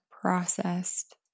processed